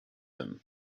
him